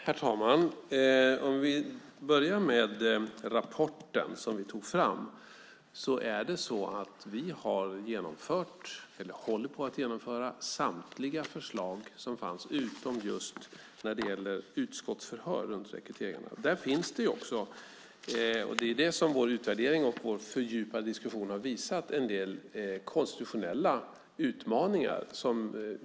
Herr talman! Om jag börjar med den rapport som vi tog fram har vi genomfört eller håller på att genomföra samtliga förslag som fanns utom just när det gäller utskottsförhör runt rekryteringarna. Där finns det också - det är det som vår utvärdering och vår fördjupade diskussion har visat - en del konstitutionella utmaningar.